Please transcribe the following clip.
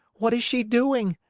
what is she doing?